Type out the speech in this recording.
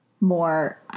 more